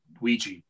Ouija